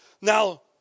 Now